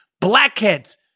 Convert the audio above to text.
blackheads